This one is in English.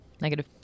Negative